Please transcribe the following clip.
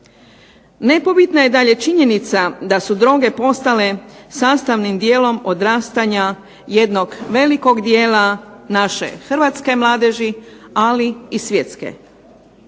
Nepobitna je dalje činjenica da su droge postale sastavnim dijelom odrastanja jednog velikog dijela naše hrvatske mladeži, ali i svjetske.